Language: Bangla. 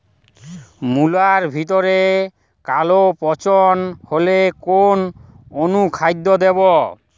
মুলোর ভেতরে কালো পচন হলে কোন অনুখাদ্য দেবো?